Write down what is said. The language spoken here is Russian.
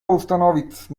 установить